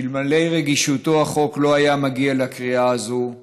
שאלמלא רגישותו החוק לא היה מגיע לקריאה זו.